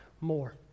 more